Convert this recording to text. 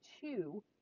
two